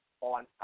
on